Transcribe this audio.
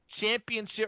Championship